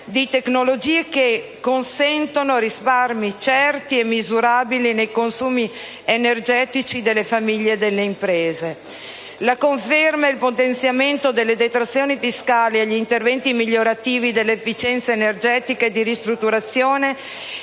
di tecnologie che consentono risparmi certi e misurabili nei consumi energetici delle famiglie e delle imprese; la conferma e il potenziamento delle detrazioni fiscali agli interventi migliorativi dell'efficienza energetica e di ristrutturazione